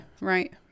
right